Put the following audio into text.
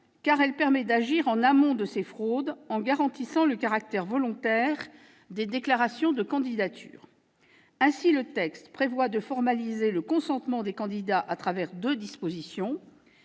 car elle permet d'agir en amont de ces fraudes en garantissant le caractère volontaire des déclarations de candidature. Ainsi, le texte prévoit de formaliser le consentement des candidats à travers deux dispositions.